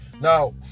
Now